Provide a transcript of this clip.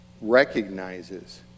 recognizes